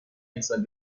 امسال